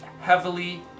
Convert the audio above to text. heavily